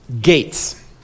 gates